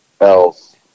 else